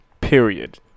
Period